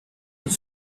will